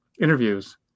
interviews